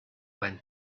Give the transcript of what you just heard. when